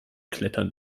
klettern